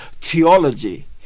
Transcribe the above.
theology